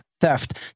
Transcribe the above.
theft